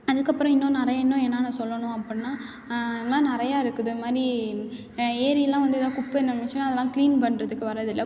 அதுக்கப்புறம் இன்னும் நிறைய இன்னும் என்னான்னா சொல்லணும் அப்புடின்னா இந்த மாரி நிறையா இருக்குது இந்த மாதிரி ஏரியெல்லாம் வந்து ஏதா குப்பைங்கள் இருந்துச்சுனால் அதெல்லாம் க்ளீன் பண்ணுறதுக்கு வரதில்லை